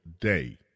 day